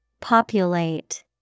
Populate